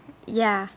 ya